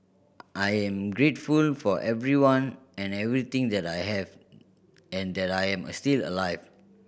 I am grateful for everyone and everything that I have and that I am still alive